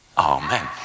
Amen